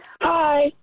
Hi